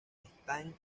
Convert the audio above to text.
están